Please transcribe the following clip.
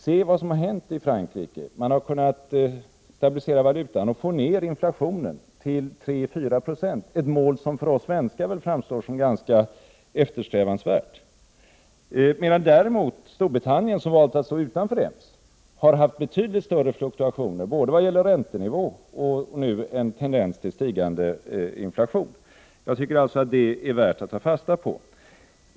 Se vad som har hänt i Frankrike — man har kunnat stabilisera valutan och få ned inflationen till 3-4 96, ett mål som väl för oss svenskar framstår som ganska eftersträvansvärt. Storbritannien, som valt att stå utanför EMS, har däremot haft betydligt större fluktuationer i fråga om såväl räntenivå som en tendens till stigande inflation. Jag tycker alltså att detta är värt att ta fasta på.